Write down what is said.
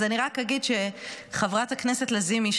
אז אני רק אגיד שחברת הכנסת לזימי,